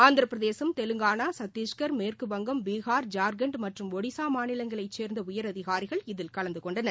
ஆந்திரபிரதேசம் தெலங்கனா சத்திஷ்கா் மேற்குவங்கம் பீகார் ஜார்க்கண்ட் மற்றும் ஒடிஸா மாநிலங்களைச் சேர்ந்த உயரதிகாரிகள் இதில் கலந்து கொண்டனர்